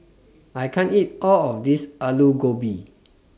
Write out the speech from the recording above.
I can't eat All of This Aloo Gobi